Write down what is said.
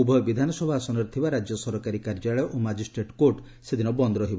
ଉଭୟ ବିଧାନସଭା ଆସନରେ ଥିବା ରାଜ୍ୟ ସରକାରୀ କାର୍ଯ୍ୟାଳୟ ଓ ମାଜିଷ୍ଟ୍ରେଟ୍ କୋର୍ଟ ବନ୍ଦ ରହିବ